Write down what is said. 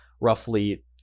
roughly